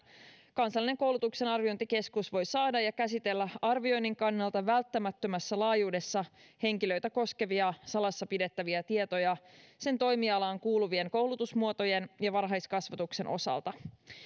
kansallinen koulutuksen arviointikeskus voi saada ja käsitellä arvioinnin kannalta välttämättömässä laajuudessa henkilöitä koskevia salassa pidettäviä tietoja sen toimialaan kuuluvien koulutusmuotojen ja varhaiskasvatuksen osalta